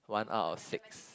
one out of six